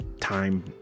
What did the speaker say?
time